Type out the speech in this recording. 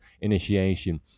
initiation